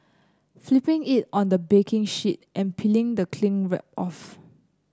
flipping it on the baking sheet and peeling the cling wrap off